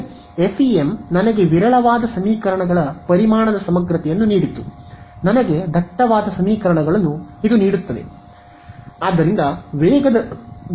ಸರಿ ಎಫ್ಇಎಂ ನನಗೆ ವಿರಳವಾದ ಸಮೀಕರಣಗಳ ಪರಿಮಾಣದ ಸಮಗ್ರತೆಯನ್ನು ನೀಡಿತು ನನಗೆ ದಟ್ಟವಾದ ಸಮೀಕರಣಗಳನ್ನು ನೀಡುತ್ತದೆ